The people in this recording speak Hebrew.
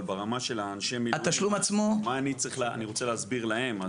אבל ברמה של אנשי המילואים אני רוצה להסביר להם.